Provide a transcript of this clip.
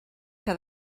que